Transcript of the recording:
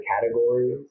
categories